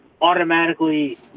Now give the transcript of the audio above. automatically